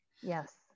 Yes